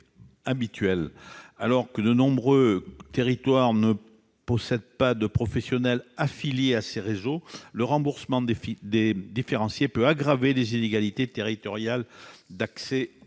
Alors que de nombreux territoires ne disposent pas de professionnels affiliés à ces réseaux, le remboursement différencié peut aggraver les inégalités territoriales d'accès